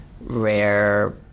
Rare